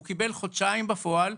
הוא קיבל חודשיים בפועל.